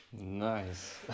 Nice